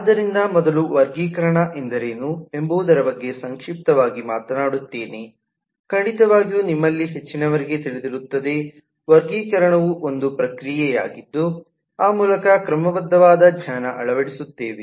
ಆದ್ದರಿಂದ ಮೊದಲು ವರ್ಗೀಕರಣ ಎಂದರೇನು ಎಂಬುದರ ಬಗ್ಗೆ ಸಂಕ್ಷಿಪ್ತವಾಗಿ ಮಾತನಾಡುತ್ತೇನೆ ಖಂಡಿತವಾಗಿಯೂ ನಿಮ್ಮಲ್ಲಿ ಹೆಚ್ಚಿನವರಿಗೆ ತಿಳಿದಿರುತ್ತದೆ ವರ್ಗೀಕರಣವು ಒಂದು ಪ್ರಕ್ರಿಯೆಯಾಗಿದ್ದು ಆ ಮೂಲಕ ಕ್ರಮಬದ್ಧವವಾದ ಜ್ಞಾನ ಅಳವಡಿಸುತ್ತೇವೆ